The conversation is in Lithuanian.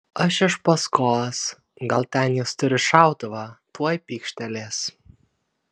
aš iš paskos gal ten jis turi šautuvą tuoj pykštelės